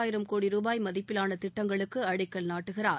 ஆயிரம் கோடி ரூபாய் மதிப்பிலான திட்டங்களுக்கு அடிக்கல் நாட்டுகிறார்